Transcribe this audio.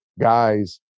guys